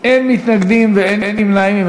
אין מתנגדים ואין נמנעים.